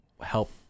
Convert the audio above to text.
help